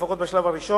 לפחות בשלב הראשון,